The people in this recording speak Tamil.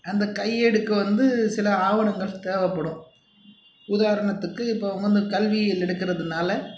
அந்த கையேடுக்கு வந்து சில ஆவணங்கள் தேவைப்படும் உதாரணத்துக்கு இப்போது வந்து கல்வியியல் எடுக்கிறதுனால